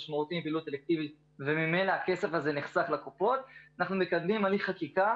התקנים לא מגיעים --- פרופ' גמזו הוא מנהל בית חולים,